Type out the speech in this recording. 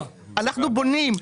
אנחנו בונים.